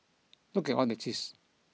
look at all that cheese